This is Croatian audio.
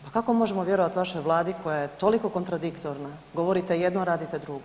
Pa kako možemo vjerovati vašoj Vladi koja je toliko kontradiktorna, govorite jedno, a radite drugo.